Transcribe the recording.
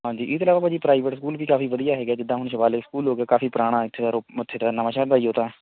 ਹਾਂਜੀ ਇਹ ਤੋਂ ਇਲਾਵਾ ਭਾ ਜੀ ਪ੍ਰਾਈਵੇਟ ਸਕੂਲ ਵੀ ਕਾਫ਼ੀ ਵਧੀਆ ਹੈਗਾ ਜਿੱਦਾਂ ਹੁਣ ਸ਼ਿਵਾਲਿਕ ਸਕੂਲ ਹੋ ਗਿਆ ਕਾਫ਼ੀ ਪੁਰਾਣਾ ਇੱਥੇ ਦਾ ਰੋਪ ਇੱਥੇ ਦਾ ਨਵਾਂ ਸ਼ਹਿਰ ਦਾ ਜੀ ਉਹ ਤਾਂ